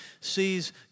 sees